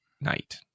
night